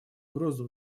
угрозу